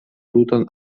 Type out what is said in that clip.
tutan